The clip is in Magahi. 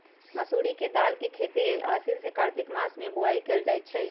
मसूरी के दाल के खेती लेल आसीन से कार्तिक मास में बोआई कएल जाइ छइ